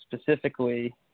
specifically